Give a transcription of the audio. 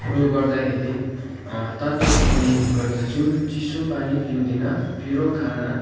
उयो गर्दाखेरि तातो पिउने गर्दछु चिसो पानी पिउँदिनँ पिरो खाना